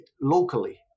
locally